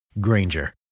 Granger